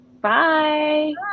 Bye